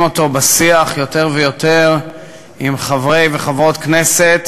יותר ויותר בשיח עם חברי וחברות כנסת